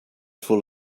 full